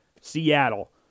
Seattle